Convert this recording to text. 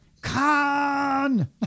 con